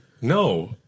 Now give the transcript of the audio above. no